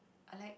I like